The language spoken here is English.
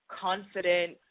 confident